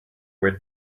were